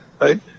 right